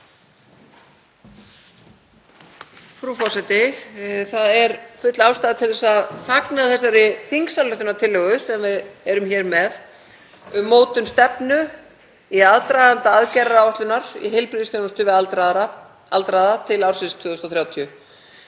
Það er full ástæða til að fagna þessari þingsályktunartillögu sem við erum hér með um mótun stefnu í aðdraganda aðgerðaáætlunar í heilbrigðisþjónustu við aldraða til ársins 2030.